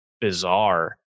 bizarre